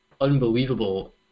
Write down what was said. unbelievable